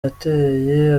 yateye